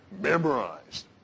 memorized